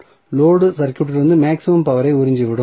load சர்க்யூட்டிலிருந்து maximum power ஐ உறிஞ்சிவிடும்